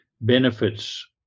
benefits